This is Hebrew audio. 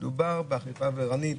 מדובר באכיפה בררנית.